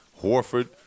Horford